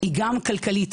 היא גם כלכלית.